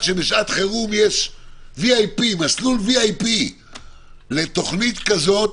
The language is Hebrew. שבשעת חירום יש מסלול VIP לתוכנית כזאת,